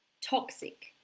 toxic